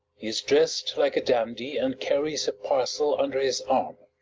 he is dressed like a dandy and carries a parcel under his arm.